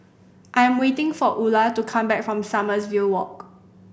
I am waiting for Ula to come back from Sommerville Walk